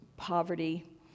poverty